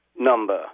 number